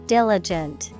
Diligent